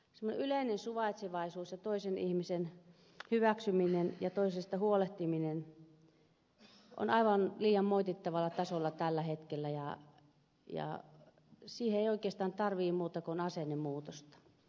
semmoinen yleinen suvaitsevaisuus ja toisen ihmisen hyväksyminen ja toisesta huolehtiminen on aivan liian moitittavalla tasolla tällä hetkellä ja siihen ei oikeastaan tarvitse muuta kuin asennemuutosta